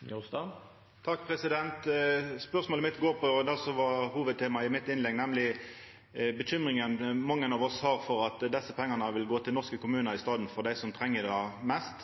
Det blir replikkordskifte. Spørsmålet mitt går på det som var hovudtemaet i innlegget mitt, nemleg bekymringane mange av oss har for at desse pengane vil gå til norske kommunar i staden for til dei som treng det mest,